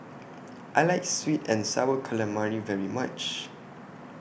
I like Sweet and Sour Calamari very much